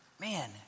Man